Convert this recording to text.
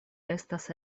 estas